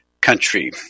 country